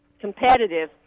competitive